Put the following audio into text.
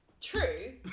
True